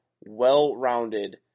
well-rounded